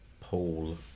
Paul